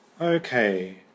Okay